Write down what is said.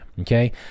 okay